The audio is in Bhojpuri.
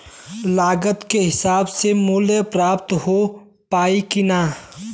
लागत के हिसाब से मूल्य प्राप्त हो पायी की ना?